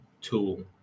tool